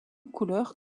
couleur